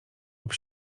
lub